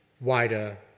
wider